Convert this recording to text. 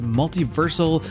multiversal